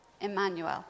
Emmanuel